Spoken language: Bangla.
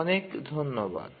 অনেক ধন্যবাদ